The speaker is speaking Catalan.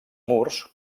murs